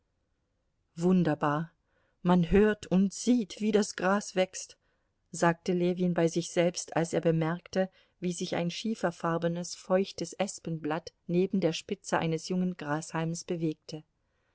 wunderbar man hört und sieht wie das gras wächst sagte ljewin bei sich selbst als er bemerkte wie sich ein schieferfarbenes feuchtes espenblatt neben der spitze eines jungen grashalmes bewegte